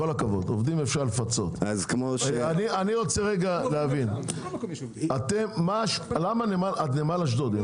אני רוצה להבין, את נמל אשדוד.